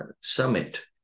summit